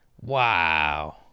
wow